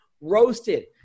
ROASTED